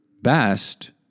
best